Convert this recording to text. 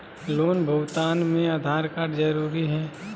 Loan भुगतान में Aadhaar card जरूरी है?